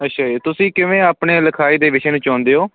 ਅੱਛਾ ਜੀ ਤੁਸੀਂ ਕਿਵੇਂ ਆਪਣੇ ਲਿਖਾਈ ਦੇ ਵਿਸ਼ੇ ਨੂੰ ਚੁਣਦੇ ਹੋ